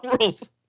rules